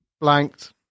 Blanked